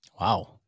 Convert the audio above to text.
Wow